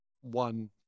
one